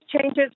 changes